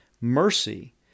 mercy